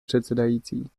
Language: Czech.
předsedající